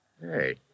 Hey